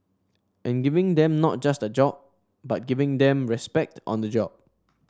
and giving them not just a job but giving them respect on the job